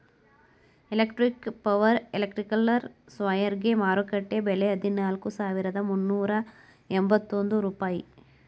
electric power agricultural ಸ್ಪ್ರೆಯರ್ಗೆ ಮಾರುಕಟ್ಟೆ ಬೆಲೆ ಹದಿನಾಲ್ಕು ಸಾವಿರದ ಮುನ್ನೂರ ಎಂಬತ್ತೊಂದು ರೂಪಾಯಿ